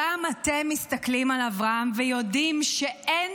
גם אתם מסתכלים על אברהם ויודעים שאין